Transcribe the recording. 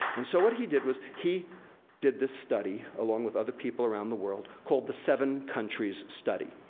and so, what he did was he did this study, along with other people around the world, called the seven countries study.